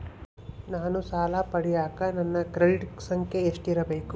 ನಾನು ಸಾಲ ಪಡಿಯಕ ನನ್ನ ಕ್ರೆಡಿಟ್ ಸಂಖ್ಯೆ ಎಷ್ಟಿರಬೇಕು?